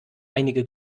einige